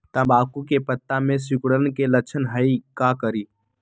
तम्बाकू के पत्ता में सिकुड़न के लक्षण हई का करी?